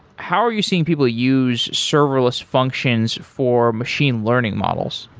how are you seeing people use serverless functions for machine learning models?